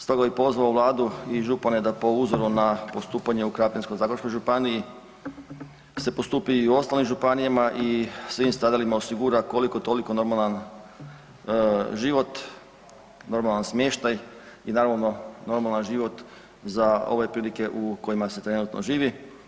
Stoga bih pozvao Vladu i župane da po uzoru na postupanje u Krapinsko-zagorskoj županiji se postupi i u ostalim županijama i svim stradalima osigura koliko toliko normalan život, normalan smještaj i naravno normalan život za ove prilike u kojima se trenutno živi.